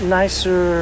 nicer